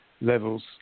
levels